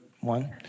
one